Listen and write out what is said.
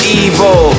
evil